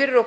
m.a.